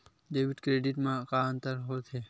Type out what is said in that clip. Debit credit मा का अंतर होत हे?